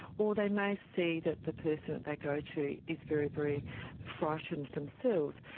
or they may see that the person that they go to is very, very frightened themselves,